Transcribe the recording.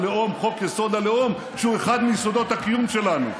הלאום, שהוא אחד מיסודות הקיום שלנו,